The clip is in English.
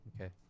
Okay